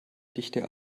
dichte